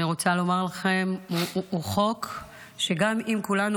אני רוצה לומר לכם שהוא חוק שגם אם כולנו